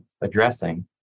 addressing